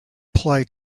play